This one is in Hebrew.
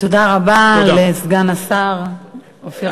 תודה רבה לסגן השר אופיר אקוניס.